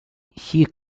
she